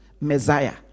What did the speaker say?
Messiah